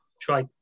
try